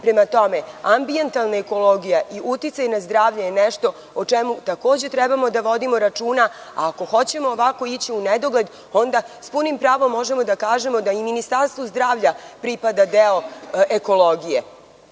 tome, ambijentalna ekologija i uticaj na zdravlje je nešto o čemu takođe treba da vodimo računa, a ako hoćemo ovako ići u nedogled, onda s punim pravom možemo da kažemo da i Ministarstvu zdravlja pripadao deo ekologije.